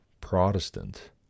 Protestant